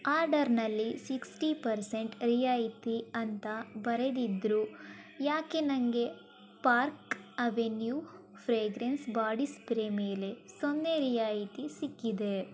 ಆರ್ಡರ್ನಲ್ಲಿ sixty percent ರಿಯಾಯಿತಿ ಅಂತ ಬರೆದಿದ್ರು ಯಾಕೆ ನನಗೆ Park Avenue fragrance body spray ಮೇಲೆ ಸೊನ್ನೆ ರಿಯಾಯಿತಿ ಸಿಕ್ಕಿದೆ